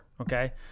Okay